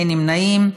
אין נמנעים.